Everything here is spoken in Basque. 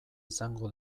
izango